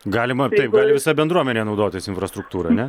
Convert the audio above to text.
galima ir taip gali visa bendruomenė naudotis infrastruktūra ne